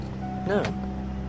No